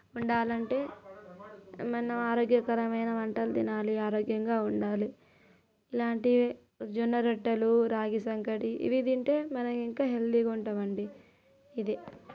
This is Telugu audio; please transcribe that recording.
వండాలంటే మనం ఆరోగ్యకరమైన వంటలు తినాలి ఆరోగ్యంగా ఉండాలి ఇలాంటి జొన్న రొట్టెలు రాగి సంకటి ఇవి తింటే మనం ఇంకా హెల్తీగా ఉంటామండి ఇది